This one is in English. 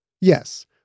Yes